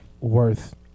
worth